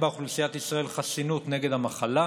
אין באוכלוסיית ישראל חסינות נגד המחלה,